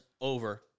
over